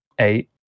eight